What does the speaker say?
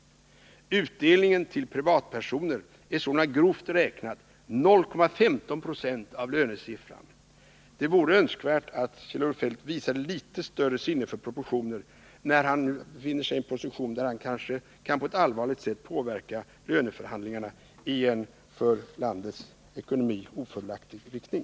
Utdelningen till privatpersoner är sålunda grovt räknat 0,15 20 av lönesumman. Det vore önskvärt att Kjell-Olof Feldt visade litet större sinne för proportioner när han nu befinner sig i en position där han kanske på ett allvarligt sätt kan påverka löneförhandlingarna i en för landets ekonomi ofördelaktig riktning.